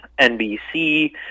NBC